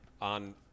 on